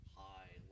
high